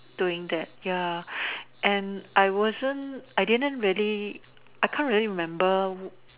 doing that ya and I wasn't I didn't really I can't really remember